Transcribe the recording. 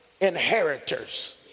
inheritors